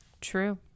True